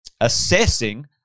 assessing